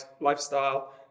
lifestyle